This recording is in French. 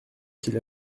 qu’il